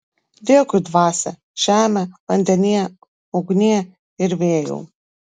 dėkui dvasia žeme vandenie ugnie ir vėjau